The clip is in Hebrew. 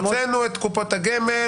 הוצאנו את קופות הגמל,